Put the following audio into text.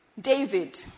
David